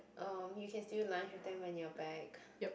um you can still lunch with them when you're back